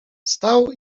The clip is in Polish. stał